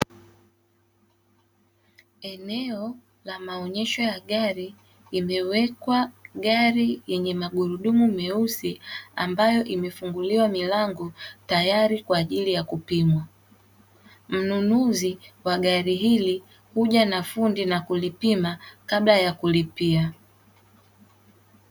Eneo la maonyesho ya gari, imewekwa gari yenye magurudumu meusi, ambayo imefunguliwa milango tayari kwa ajili ya kupimwa. Mnunuzi wa gari hili huja na fundi na kulipima kabla ya kulipia.